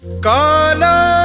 Kala